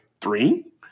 three